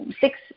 six